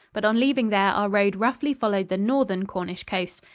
but on leaving there our road roughly followed the northern cornish coast,